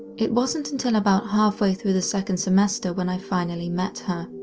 it wasn't until about half way through the second semester when i finally met her.